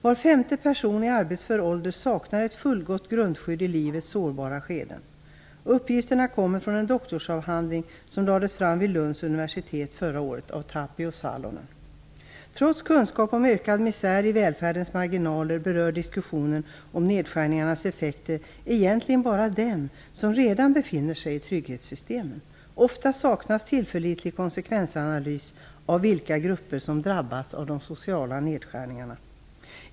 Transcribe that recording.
Var femte person i arbetsför ålder saknar ett fullgott grundskydd i livets sårbara skeden. Uppgifterna kommer från en doktorsavhandling som lades fram vid Lunds universitet förra året. Trots kunskap om ökad misär i välfärdens marginaler berör diskussionen om nedskärningarnas effekter egentligen bara dem som redan befinner sig i trygghetssystemen. Ofta saknas en tillförlitlig konsekvensanalys av vilka grupper som drabbas av de sociala nedskärningarna.